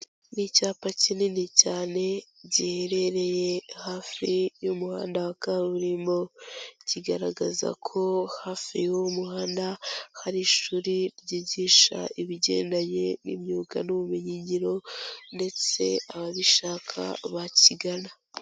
Ni icyapa kinini cyane, giherereye hafi y'umuhanda wa kaburimbo. Kigaragaza ko hafi y'uwo muhanda hari ishuri ryigisha ibigendanye n'imyuga n'ubumenyingiro, ndetse ababishaka bakigana.